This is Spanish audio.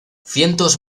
cientos